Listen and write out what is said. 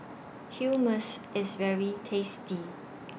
Hummus IS very tasty